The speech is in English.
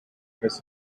this